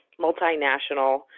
multinational